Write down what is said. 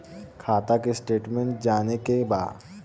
खाता के स्टेटमेंट जाने के बा?